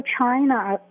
China